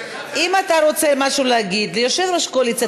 אם אתה רוצה להגיד משהו ליושב-ראש הקואליציה,